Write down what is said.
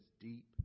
deep